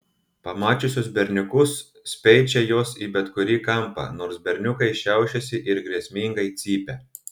pamačiusios berniukus speičia jos į bet kurį kampą nors berniukai šiaušiasi ir grėsmingai cypia